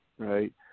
Right